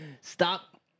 stop